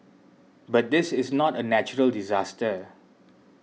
but this is not a natural disaster